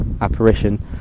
apparition